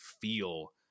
feel